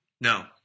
No